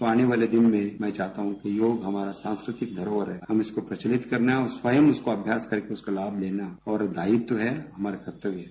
सो आने वाले दिनों में मैं चाहता हूं कि योग हमारा सांस्कृतिक धरोहर है हम इसको प्रचलित करना है स्वयं इसको अभ्यास करके इसका लाभ लेना और दायित्व है हमारा कर्तव्य है